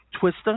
Twister